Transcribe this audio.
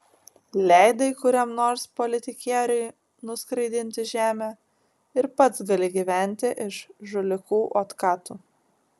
leidai kuriam nors politikieriui nuskraidinti žemę ir pats gali gyventi iš žulikų otkatų